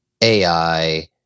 AI